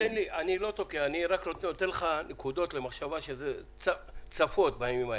מכובדי, אני נותן לך נקודות למחשבה בימים האלה.